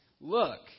look